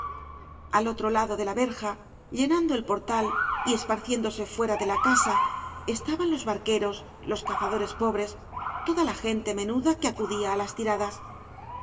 al otro lado de la verja llenando el portal y esparciéndose fuera de la casa estaban los bar queros los cazadores pobres toda la gente menú da que acudía á las tiradas